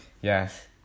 Yes